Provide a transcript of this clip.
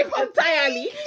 entirely